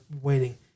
waiting